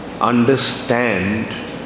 understand